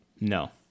No